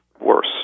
worse